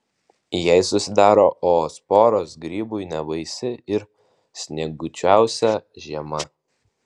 jei susidaro oosporos grybui nebaisi ir snieguočiausia žiema